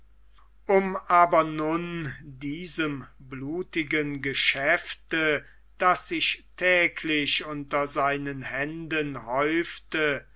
um aber nun diesem blutigen geschäfte das sich täglich unter seinem händen häufte